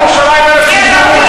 ירושלים, בית-המקדש, פסטיבל ילדים לא,